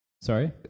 Sorry